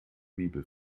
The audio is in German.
bibel